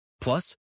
Plus